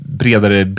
bredare